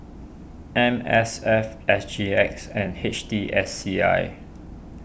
M S F S G X and H T S C I